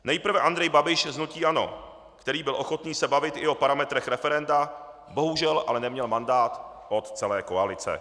Nejprve Andrej Babiš z hnutí ANO, který byl ochoten se bavit i o parametrech referenda, bohužel ale neměl mandát od celé koalice.